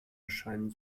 erscheinen